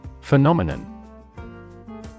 Phenomenon